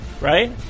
right